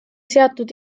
seatud